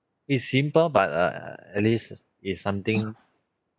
is simple but uh uh at least is something